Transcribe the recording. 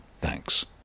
Thanks